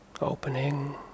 Opening